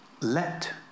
let